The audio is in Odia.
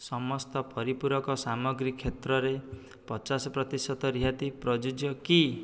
ସମସ୍ତ ପରିପୂରକ ସାମଗ୍ରୀ କ୍ଷେତ୍ରରେ ପଚାଶ ପ୍ରତିଶତ ରିହାତି ପ୍ରଯୁଜ୍ୟ କି